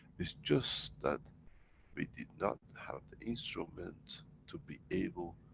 is just that we did not have the instrument to be able,